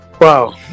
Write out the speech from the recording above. Wow